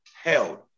held